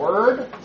word